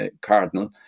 cardinal